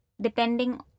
depending